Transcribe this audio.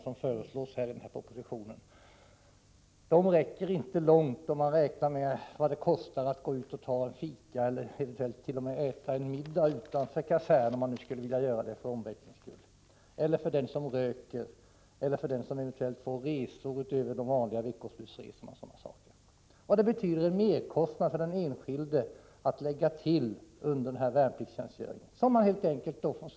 som föreslagits i propositionen räcker inte långt, om den värnpliktige för omväxlings skull vill gå ut och fika eller kanske t.o.m. äta en middag utanför kasernen. Den som röker eller gör resor utöver de vanliga veckoslutsresorna får också lägga till pengar under värnpliktstjänstgöringen för att klara merkostnaden.